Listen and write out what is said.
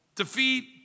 defeat